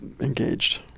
engaged